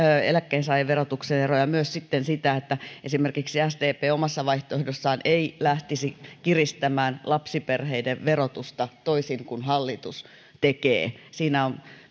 eläkkeensaajien verotuksen eroja myös sitten sitä että esimerkiksi sdp omassa vaihtoehdossaan ei lähtisi kiristämään lapsiperheiden verotusta toisin kuin hallitus tekee siinä on